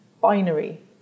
binary